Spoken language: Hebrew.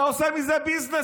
אתה הרי עושה מזה ביזנס.